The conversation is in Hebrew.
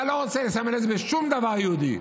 אתה לא רוצה לסמל את זה בשום דבר יהודי.